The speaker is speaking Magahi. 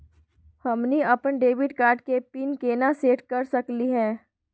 हमनी अपन डेबिट कार्ड के पीन केना सेट कर सकली हे?